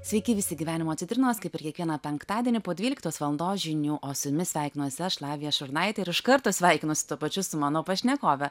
sveiki visi gyvenimo citrinos kaip ir kiekvieną penktadienį po dvyliktos valandos žinių o su jumis sveikinuos aš lavija šurnaitė ir iš karto sveikinuosi tuo pačiu su mano pašnekove